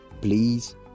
please